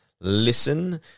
listen